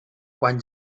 quan